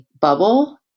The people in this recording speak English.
bubble